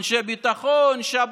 ציונות דתית,